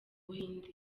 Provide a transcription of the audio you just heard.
buhinde